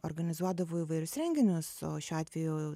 organizuodavau įvairius renginius o šiuo atveju